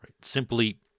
Simply